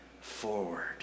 forward